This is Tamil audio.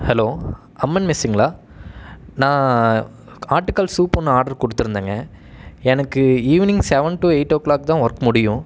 ஹலோ அம்மன் மெஸ்ஸுங்களா நான் ஆட்டுக்கால் சூப் ஒன்று ஆர்ட்ரு கொடுத்துருந்தேங்க எனக்கு evening seven to eight o'clock தான் ஒர்க் முடியும்